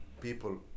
people